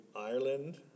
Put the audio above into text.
Ireland